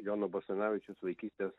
jono basanavičiaus vaikystės